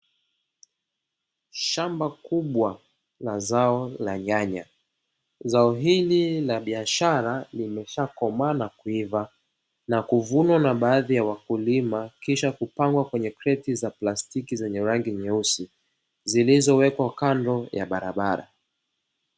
Shamba kubwa la zao la nyanya, zao hili la biashara limeshakomaa na kuiva na kuvunwa na baadhi ya wakulima kisha kupangwa kwenye kreti za plastiki zenye rangi nyeusi, zilizowekwa kando ya barabara.